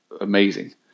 amazing